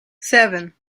seven